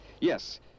yes